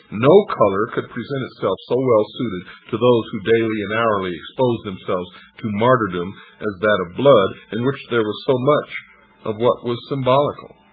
no color could present itself to so well suited to those who daily and hourly exposed themselves to martyrdom as that of blood, in which there was so much of what was symbolical.